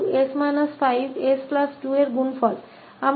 तो यह 𝑠𝑠 5𝑠 2 का गुणनफल है